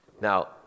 Now